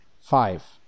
five